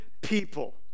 people